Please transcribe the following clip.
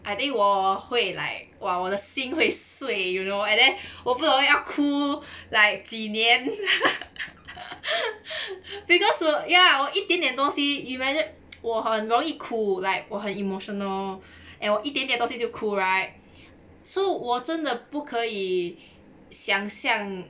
I think 我会 like !wah! 我的心会碎 you know and then 我不懂要哭 like 几年 because 我 ya 一点点东西我很容易哭 like 我很 emotional and 我一点点东西就哭 right so 我真的不可以想象